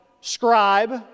scribe